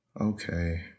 okay